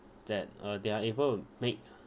that uh they are able make